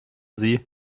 sie